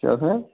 क्या सर